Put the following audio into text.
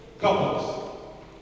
Couples